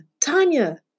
Tanya